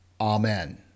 Amen